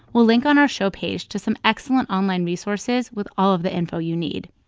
we'll link on our show page to some excellent online resources with all of the info you need